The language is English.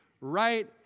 right